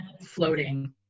floating